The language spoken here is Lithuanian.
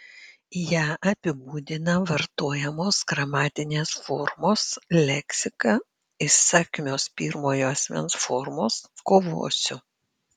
ją apibūdina vartojamos gramatinės formos leksika įsakmios pirmojo asmens formos kovosiu